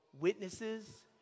witnesses